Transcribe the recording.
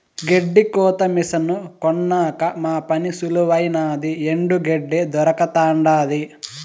గెడ్డి కోత మిసను కొన్నాక మా పని సులువైనాది ఎండు గెడ్డే దొరకతండాది